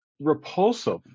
repulsive